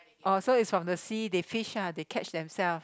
oh so is from the sea they fish ah they catch themselves